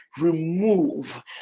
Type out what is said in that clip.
remove